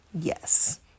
Yes